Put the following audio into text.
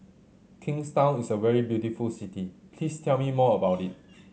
Kingstown is a very beautiful city please tell me more about it